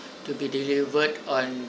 to be delivered on